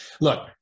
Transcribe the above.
Look